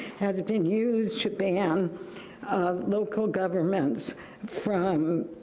has been used to ban local governments from